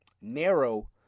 narrow